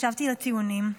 הקשבתי לטיעונים,